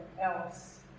else